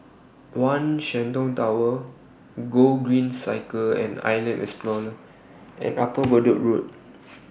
one Shenton Tower Gogreen Cycle and Island Explorer and Upper Bedok Road